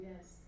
Yes